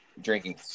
drinking